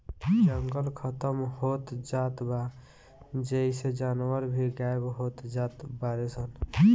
जंगल खतम होत जात बा जेइसे जानवर भी गायब होत जात बाडे सन